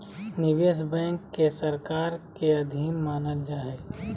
निवेश बैंक के सरकार के अधीन मानल जा हइ